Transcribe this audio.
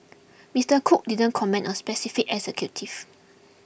Mister Cook didn't comment on specific executives